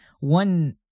one